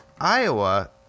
Iowa